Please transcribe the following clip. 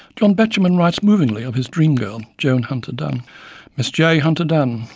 john betjeman writes movingly of his dream girl, joan hunter-dunn miss j. hunter dunn,